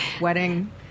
wedding